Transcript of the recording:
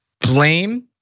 blame